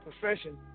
profession